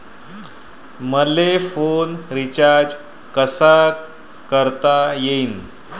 मले phone recharge कसा करता येईन?